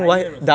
or